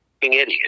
idiot